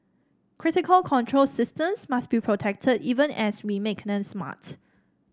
critical control systems must be protected even as we make them smart